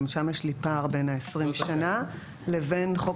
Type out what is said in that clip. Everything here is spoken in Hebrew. גם שם יש לי פער בין ה-20 שנה לבין חוק